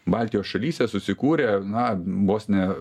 baltijos šalyse susikūrė na vos ne